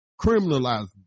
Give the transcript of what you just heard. criminalizing